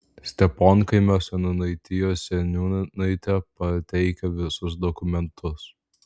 steponkaimio seniūnaitijos seniūnaitė pateikė visus dokumentus